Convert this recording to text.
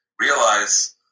realize